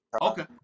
Okay